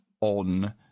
on